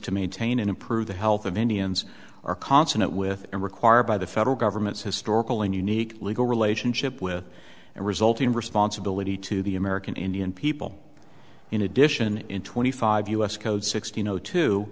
to maintain and improve the health of indians are consonant with and required by the federal government's historical and unique legal relationship with and resulting responsibility to the american indian people in addition in twenty five u s code sixty no to